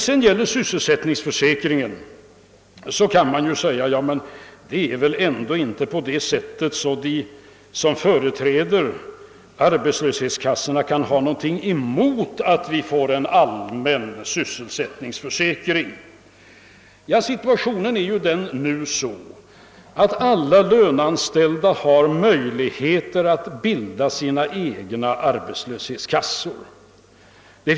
Vad sysselsättningsförsäkringen beträffar kan man säga att de som företräder arbetslöshetskassorna väl inte kan ha någonting emot en allmän sysselsättningsförsäkring, men situationen i dag är den att alla löneanställda har möjlighet att bilda egna arbetslöshetskassor.